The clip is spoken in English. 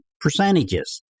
percentages